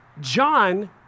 John